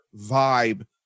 vibe